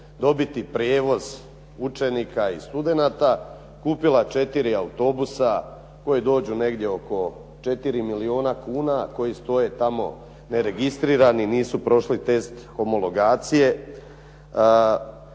dobiti prijevoz učenika i studenata kupila četiri autobusa koji dođu negdje oko 4 milijuna kuna, koji stoje tamo neregistrirani, nisu prošli test homologacije.